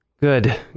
Good